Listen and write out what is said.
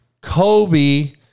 Kobe